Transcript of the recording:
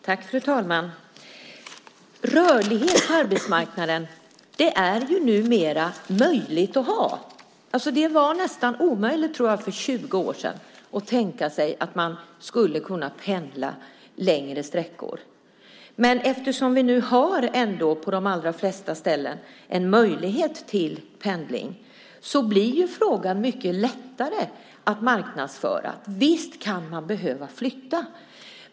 Fru talman! Rörlighet på arbetsmarknaden är det numera möjligt att ha. För 20 år sedan var det väl nästan omöjligt att tänka sig att man skulle kunna pendla längre sträckor. Men eftersom vi nu på de allra flesta ställen har en möjlighet till pendling blir detta så mycket lättare att marknadsföra. Visst kan man behöva flytta.